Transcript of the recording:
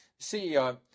CEO